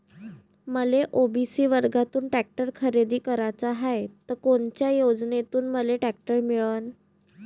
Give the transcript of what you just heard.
मले ओ.बी.सी वर्गातून टॅक्टर खरेदी कराचा हाये त कोनच्या योजनेतून मले टॅक्टर मिळन?